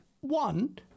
one